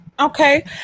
Okay